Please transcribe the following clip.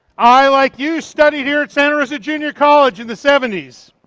i, like you, studied here at santa rosa junior college in the seventy s.